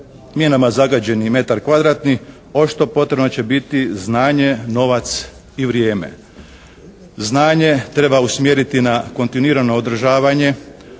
minama zagađeni i metar kvadratni očito potrebno će biti znanje, novac i vrijeme. Znanje treba usmjeriti na kontinuirano održavanje